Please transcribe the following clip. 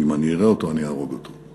אם אני אראה אותו אני אהרוג אותו.